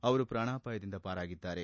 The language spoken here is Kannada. ಅವರು ಪ್ರಾಣಾಪಾಯದಿಂದ ಪಾರಾಗಿದ್ದಾರೆ